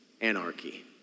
Anarchy